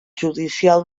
judicial